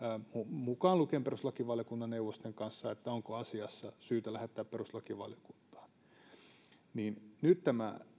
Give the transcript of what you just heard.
mukaan lukien perustuslakivaliokunnan neuvokset onko asiaa syytä lähettää perustuslakivaliokuntaan nyt tämä